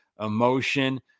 emotion